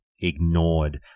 ignored